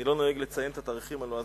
אני לא נוהג לציין את התאריכים הלועזיים,